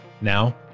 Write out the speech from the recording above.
Now